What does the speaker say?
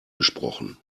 gesprochen